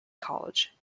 college